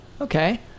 Okay